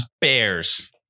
Bears